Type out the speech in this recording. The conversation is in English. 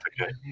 Okay